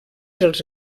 els